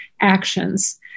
actions